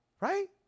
Right